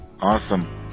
Awesome